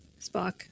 Spock